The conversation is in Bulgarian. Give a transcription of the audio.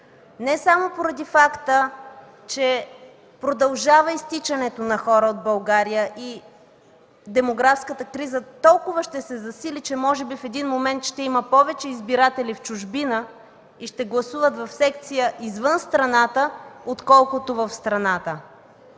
не само поради факта, че продължава изтичането на хора от България и демографската криза толкова ще се засили, че може би в един момент ще има повече избиратели в чужбина и ще гласуват в секция извън страната, отколкото в страната.